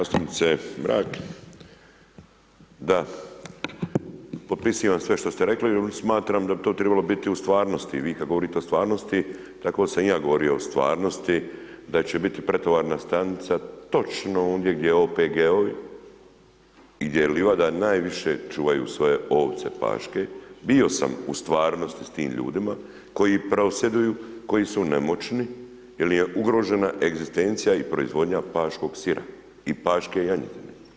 Zastupnice Mrak, da potpisivam sve što ste rekli, smatram da bi to trebalo biti u stvarnosti i vi kad govorite o stvarnosti, tako sam i ja govorio o stvarnosti da će biti pretovarna stanica točno ondje gdje OPG-ovi i gdje livada najviše čuvaju svoje ovce paške, bio sam u stvarnosti s tim ljudima koji prosvjeduju, koji su nemoćni jer im je ugrožena egzistencija i proizvodnja paškog sira i paške janjetine.